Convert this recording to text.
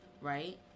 Right